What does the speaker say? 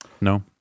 No